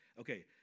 okay